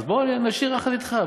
אז בוא נשיר יחד אתך.